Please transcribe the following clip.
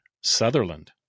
Sutherland